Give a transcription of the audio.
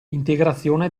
integrazione